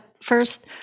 first